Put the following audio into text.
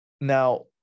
Now